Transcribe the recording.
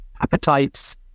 appetites